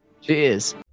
cheers